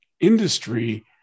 industry